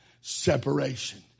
separation